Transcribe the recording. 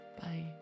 Bye